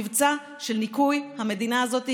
מבצע של ניקוי המדינה הזאת,